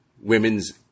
women's